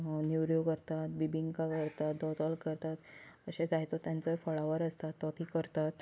नेवऱ्यो करतात बिबिंका करतात दोदोल करतात अशें जायतो तांचो फळावर आसता तो तीं करतात